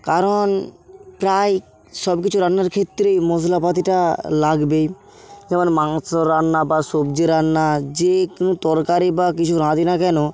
কারণ প্রায় সব কিছু রান্নার ক্ষেত্রেই মশলা পাতিটা লাগবেই যেমন মাংস রান্না বা সবজি রান্না যে কোনো তরকারি বা কিছু রাঁধি না কেন